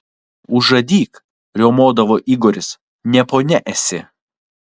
užadyk riaumodavo igoris ne ponia esi